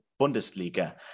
Bundesliga